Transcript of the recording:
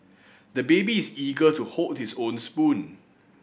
the baby is eager to hold his own spoon